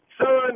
son